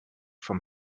from